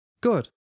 Good